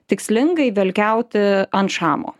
tikslingai velkiauti ant šamo